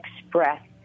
express